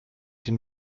den